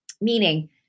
meaning